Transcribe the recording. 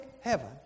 heaven